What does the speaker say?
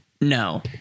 No